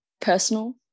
personal